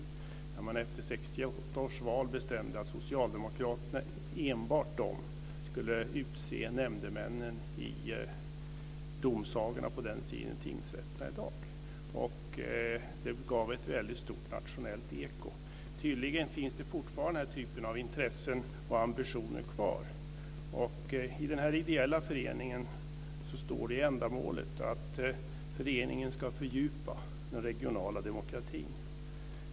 Efter 1968 års val bestämde man att enbart socialdemokraterna skulle utse nämndemännen vid tingsrätten, och detta gav ett väldigt stort nationellt eko. Tydligen finns det fortfarande den här typen av intressen och ambitioner kvar. När det gäller den här ideella föreningen står det att ändamålet ska vara att fördjupa den regionala demokrati.